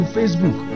Facebook